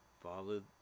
follow